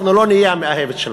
אנחנו לא נהיה המאהבת שלכם.